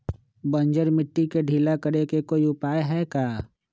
बंजर मिट्टी के ढीला करेके कोई उपाय है का?